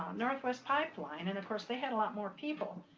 northwest pipeline and of course they had a lot more people.